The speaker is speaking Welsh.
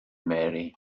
mary